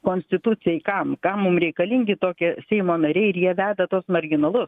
konstitucijai kam kam mum reikalingi tokie seimo nariai ir jie veda tuos marginalus